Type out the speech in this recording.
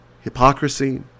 hypocrisy